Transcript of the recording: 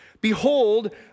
Behold